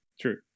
true